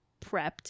prepped